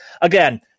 again